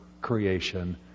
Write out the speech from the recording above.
creation